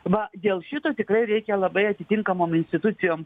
va dėl šito tikrai reikia labai atitinkamom institucijom